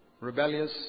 rebellious